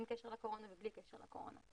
עם קשר לקורונה ובלי קשר לקורונה.